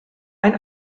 ein